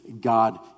God